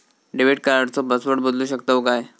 Debit कार्डचो password बदलु शकतव काय?